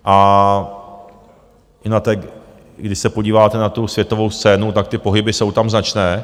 A když se podíváte na světovou scénu, tak ty pohyby jsou tam značné.